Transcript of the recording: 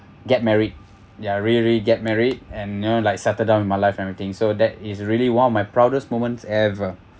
get married they're really really get married and you know like settle down in my life everything so that is really one of my proudest moments ever